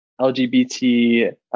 LGBT